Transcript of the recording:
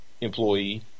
employee